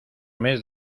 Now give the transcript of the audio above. mes